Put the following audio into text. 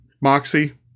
Moxie